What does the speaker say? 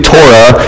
Torah